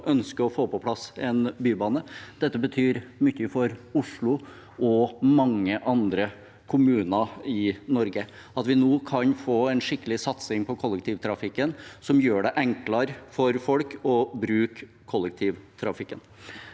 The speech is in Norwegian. også ønsker å få på plass en bybane. Det betyr mye for Oslo og mange andre kommuner i Norge. Nå kan vi få en skikkelig satsing på kollektivtrafikken, noe som gjør det enklere for folk å bruke kollektivtrafikken.